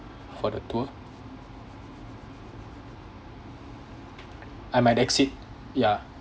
for the tour I might exceed ya